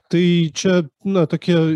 tai čia na tokie